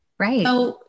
Right